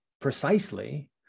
precisely